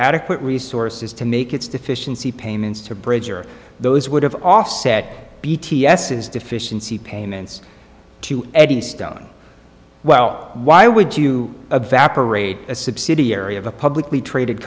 adequate resources to make its efficiency payments to bridger those would have offset bt ss deficiency payments to eddystone well why would you rate a subsidiary of a publicly traded